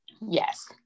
Yes